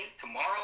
tomorrow